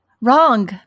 Wrong